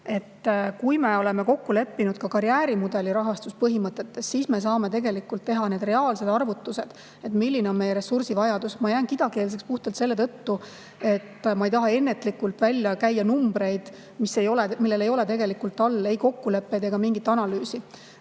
Kui me oleme kokku leppinud ka karjäärimudeli rahastuspõhimõtetes, siis me saame tegelikult teha need reaalsed arvutused, milline on meie ressursivajadus. Ma jään kidakeelseks puhtalt selle tõttu, et ma ei taha ennatlikult välja käia numbreid, millel ei ole tegelikult taga ei kokkuleppeid ega mingit